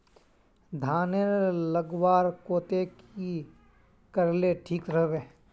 धानेर लगवार केते की करले ठीक राब?